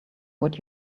what